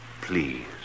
please